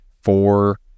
four